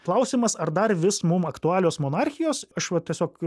klausimas ar dar vis mum aktualios monarchijos aš va tiesiog